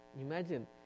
imagine